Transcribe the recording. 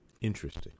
Interesting